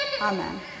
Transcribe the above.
Amen